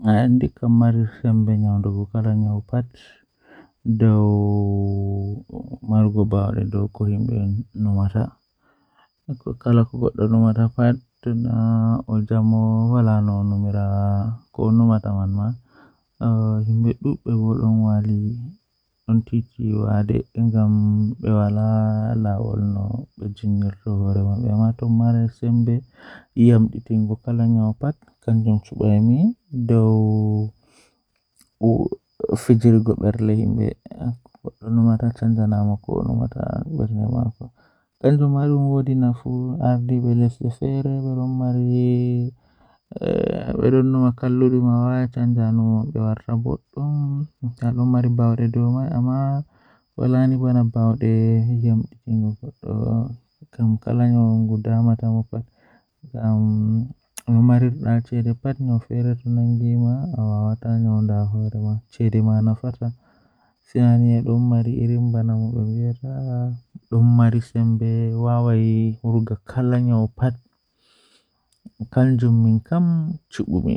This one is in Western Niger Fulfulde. Fota waawaa njiddaade caɗeele ngam njillataa nder dow furniture ngal. Njidi ndiyam e siki ngam sabu fiyaangu e ɗe jooɗi. Fowrude ko kaŋko, njillataa waɗi waɗde no njiddaade ndiyam ngal.